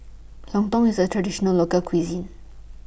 Lontong IS A Traditional Local Cuisine